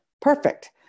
Perfect